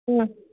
ꯎꯝ